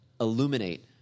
illuminate